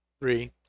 three